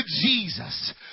Jesus